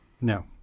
No